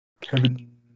Kevin